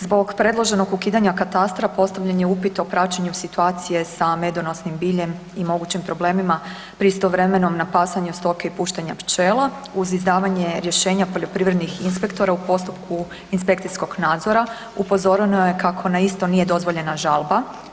Zbog predloženog ukidanja katastra, postavljen je upit o praćenju situacije sa medonosnim biljem i mogućim problemima pri istovremenom napasanju stoke i puštanja pčela, uz izdavanje rješenja poljoprivrednih inspektora u postupku inspekcijskog nadzora, upozoreno je kako na isto nije dozvoljena žalba.